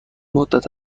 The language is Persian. مدت